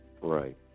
Right